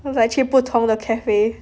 was like 去不同的 cafe